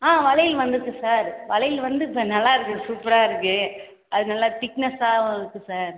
ஆ வளையல் வந்துருக்குது சார் வளையல் வந்து நல்லா இருக்குது சூப்பராக இருக்குது அது நல்ல திக்னெஸ்ஸாகவும் இருக்குது சார்